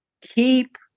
Keep